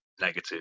negative